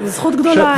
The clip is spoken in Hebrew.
זו זכות גדולה,